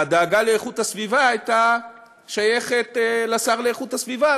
והדאגה לאיכות הסביבה הייתה שייכת לשר לאיכות הסביבה,